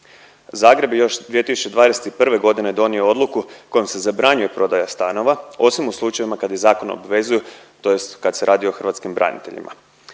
Zagreb je još 2021. g. donio odluku kojom se zabranjuje prodaja stanova osim u slučajevima kad ih zakon obvezuju tj. kad se radi o hrvatskim braniteljima.